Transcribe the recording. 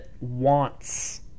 wants